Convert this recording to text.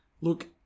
Look